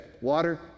Water